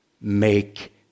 Make